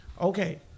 Okay